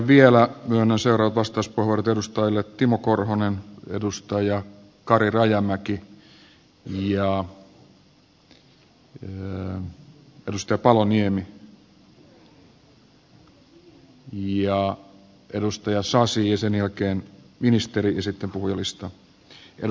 vielä myönnän seuraavat vastauspuheenvuorot edustajille timo korhonen kari rajamäki paloniemi ja sasi ja sen jälkeen ministeri ja sitten puhujalistaan